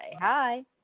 Hi